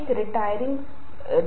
अपनी आँखें बंद करें